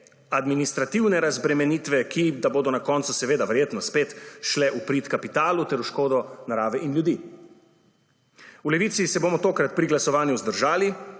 administrativne razbremenitve, ki da bodo na koncu seveda verjetno spet šle v prid kapitalu ter v škodo narave in ljudi. V Levici se bomo tokrat pri glasovanju vzdržali,